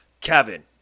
Kevin